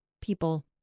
people